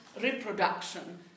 reproduction